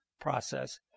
process